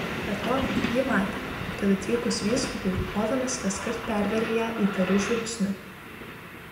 be to ji matė kad atvykus vyskupui ovenas kaskart perveria ją įtariu žvilgsniu